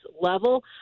level